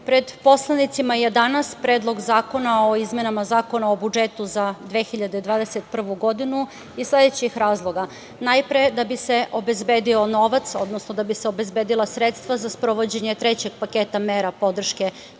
pred poslanicima je danas Predlog zakona o izmenama Zakona o budžetu za 2021. godinu iz sledećih razloga. Najpre, da bi se obezbedio novac, odnosno da bi se obezbedila sredstva za sprovođenje trećeg paketa mera podrške privredi